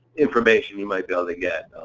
information you might be able to get,